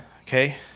Okay